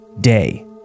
day